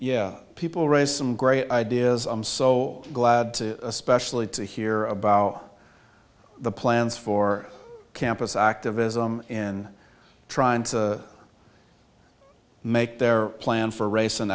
yeah people raise some great ideas i'm so glad to especially to hear about the plans for campus activism in trying to make their plan for rac